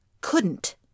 couldn't